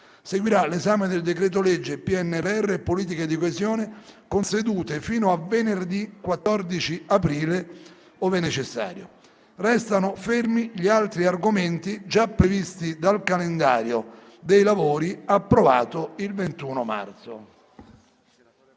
Seguirà l'esame del decreto-legge PNRR e politiche di coesione, con sedute fino a venerdì 14 aprile, ove necessario. Restano fermi gli altri argomenti già previsti dal calendario dei lavori approvato il 21 marzo.